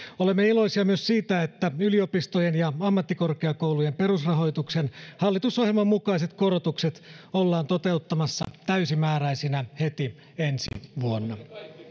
olemme iloisia myös siitä että yliopistojen ja ammattikorkeakoulujen perusrahoituksen hallitusohjelman mukaiset korotukset ollaan toteuttamassa täysimääräisinä heti ensi vuonna